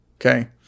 Okay